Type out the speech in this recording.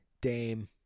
Dame